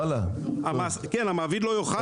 מה, כל הבעיות זה על ירוחם?